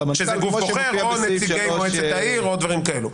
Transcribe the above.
שזה גוף בוחר או נציגי מועצת העיר או דברים כאלו.